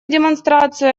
демонстрацию